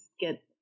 get